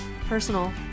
personal